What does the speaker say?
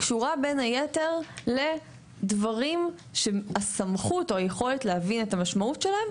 קשורה בין היתר לדברים שהסמכות או היכולת להבין את המשמעות שלהם,